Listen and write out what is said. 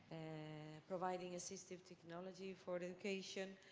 providing assistive technology for education,